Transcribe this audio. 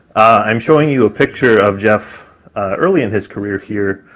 i'm showing you a picture of jeff early in his career, here,